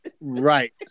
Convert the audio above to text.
Right